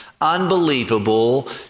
unbelievable